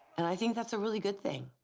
and i think that's a really good thing.